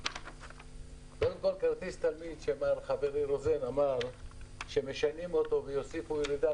לכאורה אפשר לומר שאנחנו יכולים להרוויח